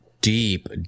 deep